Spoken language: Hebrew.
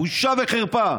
בושה וחרפה.